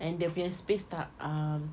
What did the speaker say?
and dia punya space tak ah